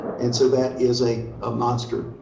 and so that is a ah monster.